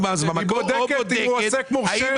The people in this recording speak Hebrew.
מס במקור או בודקת האם הוא עוסק מורשה.